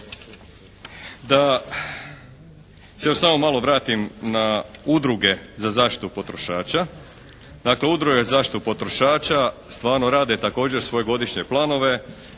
Da se još samo malo vratim na udruge za zaštitu potrošača. Dakle, Udruge za zaštitu potrošača stvarno rade također svoje godišnje planove,